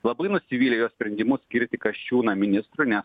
labai nusivylę jo sprendimu skirti kasčiūną ministru nes